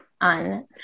on